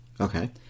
Okay